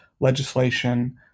legislation